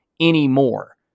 anymore